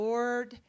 Lord